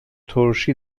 ترشی